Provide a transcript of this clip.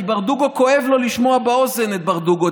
כי כואב לו לשמוע באוזן את ברדוגו,